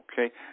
Okay